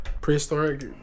Prehistoric